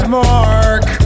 mark